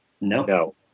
No